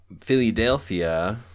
Philadelphia